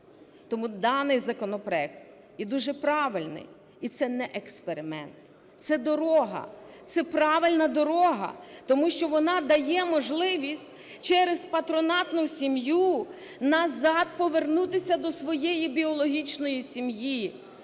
Тому даний законопроект є дуже правильний, і це не експеримент, це дорога, це правильна дорога, тому що вона дає можливість через патронатну сім'ю назад повернутися до своєї біологічної сім'ї.